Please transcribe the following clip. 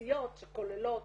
בסיסיות שכוללות